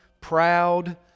proud